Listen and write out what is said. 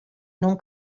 non